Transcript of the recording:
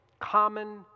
common